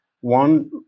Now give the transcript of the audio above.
One